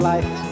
life